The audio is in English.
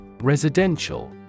Residential